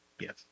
Yes